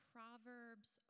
Proverbs